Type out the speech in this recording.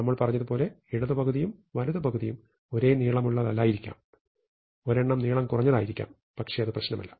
നമ്മൾ പറഞ്ഞതുപോലെ ഇടത് പകുതിയും വലത് പകുതിയും ഒരേ നീളമുള്ളതല്ലായിരിക്കും ഒരെണ്ണം നീളം കുറഞ്ഞതായിരിക്കും പക്ഷെ അത് പ്രശ്നമല്ല